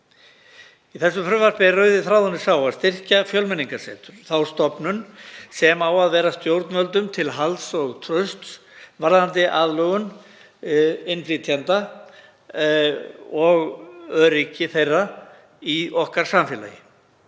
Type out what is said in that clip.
Í þessu frumvarpi er rauði þráðurinn sá að styrkja Fjölmenningarsetur, þá stofnun sem á að vera stjórnvöldum til halds og trausts varðandi aðlögun innflytjenda og öryggi þeirra í samfélagi